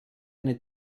eine